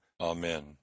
Amen